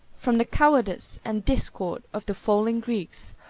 from the cowardice and discord of the falling greeks,